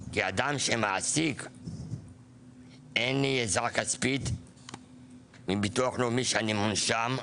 כאדם שמעסיק אין לי עזרה כספית מביטוח לאומי שאני מונשם,